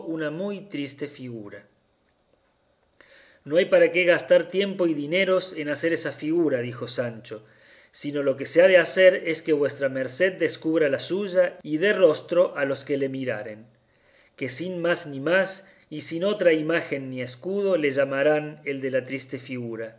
una muy triste figura no hay para qué gastar tiempo y dineros en hacer esa figura dijo sanchosino lo que se ha de hacer es que vuestra merced descubra la suya y dé rostro a los que le miraren que sin más ni más y sin otra imagen ni escudo le llamarán el de la triste figura